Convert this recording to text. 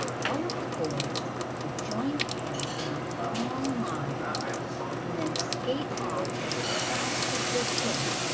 all of the boys would join hands in a long line and then skate off as fast as they could.